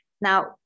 now